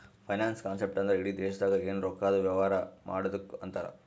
finance concept ಅಂದ್ರ ಇಡಿ ದೇಶ್ದಾಗ್ ಎನ್ ರೊಕ್ಕಾದು ವ್ಯವಾರ ಮಾಡದ್ದುಕ್ ಅಂತಾರ್